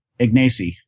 Ignacy